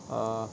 err